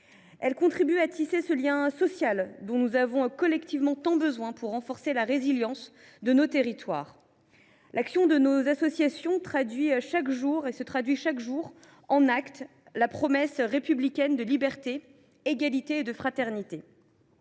Elles contribuent à tisser ce lien social dont nous avons collectivement tant besoin pour renforcer la résilience de nos territoires ; leur action traduit chaque jour en actes la promesse républicaine de liberté, d’égalité et de fraternité.